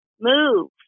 move